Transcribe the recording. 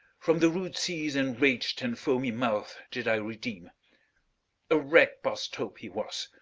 from the rude sea's enrag'd and foamy mouth did i redeem a wreck past hope he was.